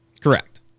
Correct